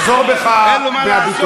ותחזור בך מהביטוי.